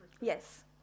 Yes